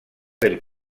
del